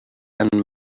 and